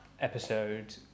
episode